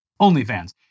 OnlyFans